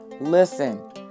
Listen